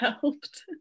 helped